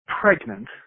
pregnant